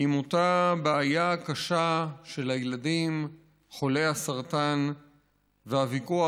עם אותה בעיה קשה של הילדים חולי הסרטן והוויכוח